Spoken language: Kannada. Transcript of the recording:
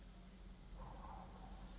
ಇನ್ವೆಸ್ಟ್ ಮೆಂಟ್ ಸರ್ವೇಸ್ ಅಂದ್ರೇನು?